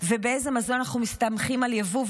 ולגבי איזה מזון אנחנו מסתמכים על יבוא.